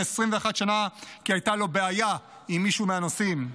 21 שנה כי הייתה לו בעיה עם מישהו מהנוסעים,